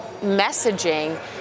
messaging